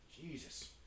Jesus